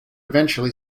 eventually